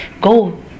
go